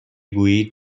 گویید